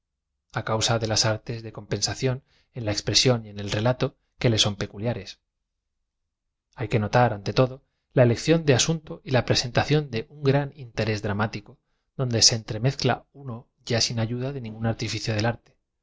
i causa de las artes de compensación en la expresión y en el relato que le son peculiares h ay que notar ante todo la elección de asunto y la presentación de un gran interés dramático donde se estremesca uno y a sin ayuda de ningún artiñcio del arte